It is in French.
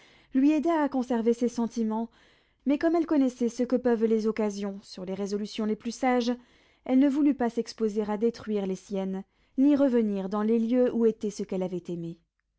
lui aida à conserver ses sentiments mais comme elle connaissait ce que peuvent les occasions sur les résolutions les plus sages elle ne voulut pas s'exposer à détruire les siennes ni revenir dans les lieux où était ce qu'elle avait aimé